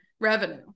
revenue